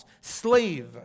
slave